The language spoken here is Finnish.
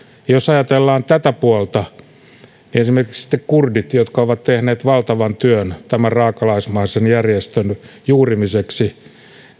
jos ajatellaan tätä puolta niin esimerkiksi nyt sitten kurdit jotka ovat tehneet valtavan työn tämän raakalaismaisen järjestön juurimiseksi